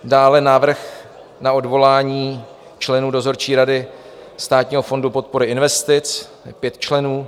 Dále je to Návrh na odvolání členů dozorčí rady Státního fondu podpory investic, pět členů.